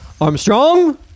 Armstrong